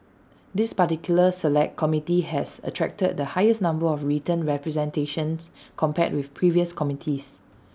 this particular Select Committee has attracted the highest number of written representations compared with previous committees